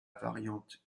variante